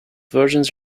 versions